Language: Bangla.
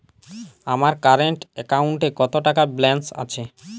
আমার কারেন্ট অ্যাকাউন্টে কত টাকা ব্যালেন্স আছে?